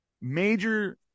major